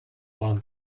wahren